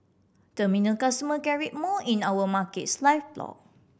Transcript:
terminal customer can read more in our Markets Live blog